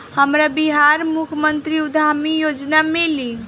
हमरा बिहार मुख्यमंत्री उद्यमी योजना मिली?